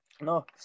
no